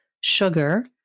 sugar